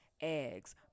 eggs